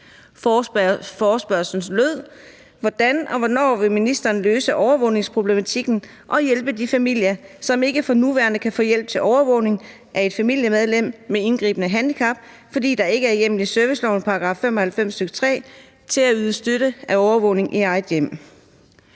Forespørgslen lød: »Hvordan og hvornår vil ministeren løse overvågningsproblematikken og hjælpe de familier, som ikke for nuværende kan få hjælp til overvågning af et familiemedlem med indgribende handicap, fordi der ikke er hjemmel i servicelovens § 95, stk. 3, til at yde støtte til overvågning i eget hjem?«